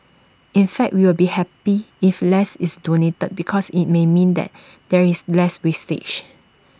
in fact we will be happy if less is donated because IT may mean that there is less wastage